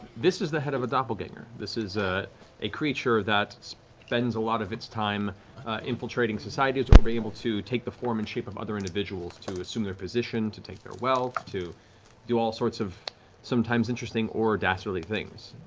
this is the head of a doppelganger. this is ah a creature that spends a lot of its time infiltrating society, being able to take the form and shape of other individuals to assume their position, to take their wealth, to do all sorts of sometimes interesting or dastardly things.